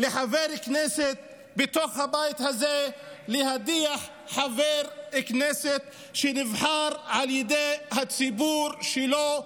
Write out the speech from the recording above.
לחבר כנסת בתוך הבית הזה להדיח חבר כנסת שנבחר על ידי הציבור שלו,